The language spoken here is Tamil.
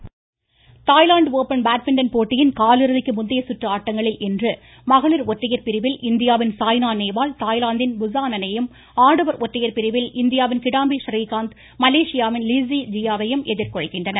பேட்மிட்டன் தாய்லாந்து ஓப்பன் பேட்மிட்டன் போட்டியின் காலிறுதிக்கு முந்தைய சுந்று ஆட்டங்களில் இன்று மகளிர் ஒற்றையர் பிரிவில் இந்தியாவின் சாய்னா நேவால் தாய்லாந்தின் புஸானன் ஐயும் ஆடவர் ஒற்றையர் பிரிவில் இந்தியாவின் கிடாம்பி றீகாந்த் மலேசியாவின் லீஸி ஜியா வையும் எதிர் கொள்கின்றனர்